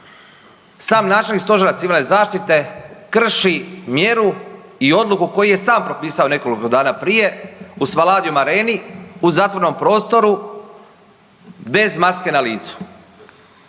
sam načelnik Stožera civilne zaštite krši mjeru i odluku koju je sam propisao nekoliko dana prije u Spaladium Areni u zatvorenom prostoru bez maske na licu.